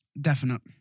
definite